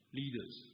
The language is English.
leaders